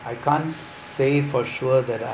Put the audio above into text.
I can't say for sure that I